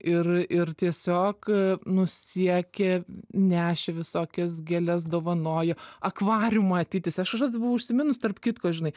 ir ir tiesiog nu siekė nešė visokias gėles dovanojo akvariumą atitįsė aš kažkada buvau užsiminus tarp kitko žinai